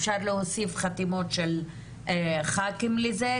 אפשר להוסיף חתימות של ח"כים לזה.